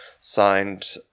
signed